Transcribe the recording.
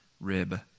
rib